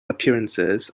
appearances